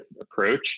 approach